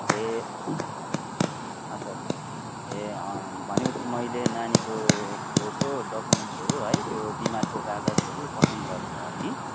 ए अच्छा अच्छा ए भनेपछि मैले नानीको फोटो डकुमेन्ट्सहरू है त्यो बिमारको कागजहरू पठाउनु पर्ने भयो नि